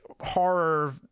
horror